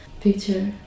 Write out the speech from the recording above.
picture